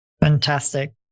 Fantastic